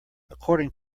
according